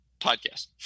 podcast